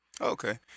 Okay